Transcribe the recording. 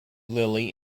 lilly